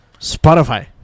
Spotify